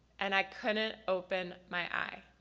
and i couldn't open my eye.